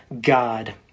God